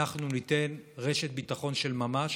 אנחנו ניתן רשת ביטחון של ממש